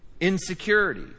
Insecurity